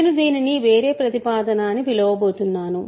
నేను దీనిని వేరే ప్రతిపాదన అని పిలవబోతున్నాను